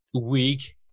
week